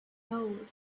told